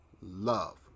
love